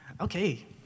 okay